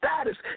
status